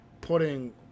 putting